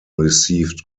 received